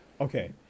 Okay